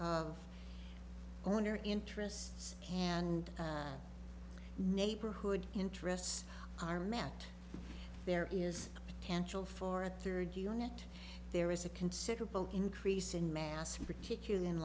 of owner interests and neighborhood interests are met there is potential for a third unit there is a considerable increase in mass and particularly in